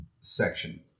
section